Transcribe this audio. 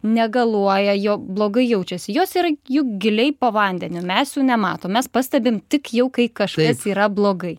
negaluoja jo blogai jaučiasi jos yra juk giliai po vandeniu mes jų nematom mes pastebim tik jau kai kažkas yra blogai